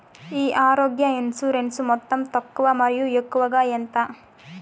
ఈ ఆరోగ్య ఇన్సూరెన్సు మొత్తం తక్కువ మరియు ఎక్కువగా ఎంత?